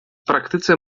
praktyce